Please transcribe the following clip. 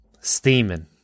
Steaming